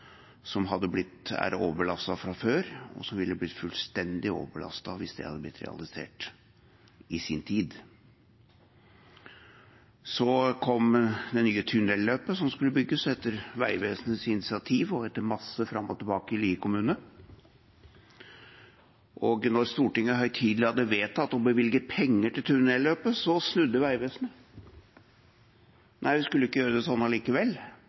fra før, og som ville blitt fullstendig overbelastet hvis dette hadde blitt realisert i sin tid. Så kom det nye tunnelløpet som skulle bygges etter Vegvesenets initiativ og etter masse fram og tilbake i Lier kommune, og da Stortinget høytidelig hadde vedtatt å bevilge penger til tunnelløpet, snudde Vegvesenet. Nei, de skulle ikke gjøre det sånn